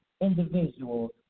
individuals